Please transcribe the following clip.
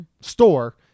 store